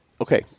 Okay